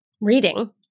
reading